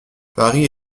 paris